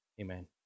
Amen